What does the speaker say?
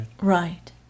Right